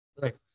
Right